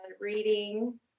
reading